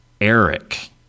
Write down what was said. Eric